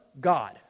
God